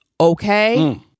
Okay